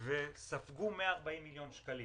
וספגו 140 מיליון שקלים.